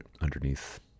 underneath